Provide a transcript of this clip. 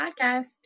podcast